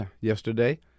yesterday